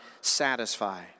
satisfy